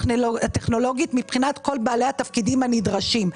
הטכנולוגית מבחינת כל בעלי התפקידים הנדרשים.